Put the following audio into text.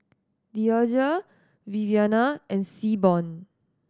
Deasia Viviana and Seaborn